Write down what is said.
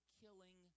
killing